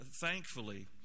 thankfully